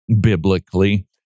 biblically